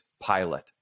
pilot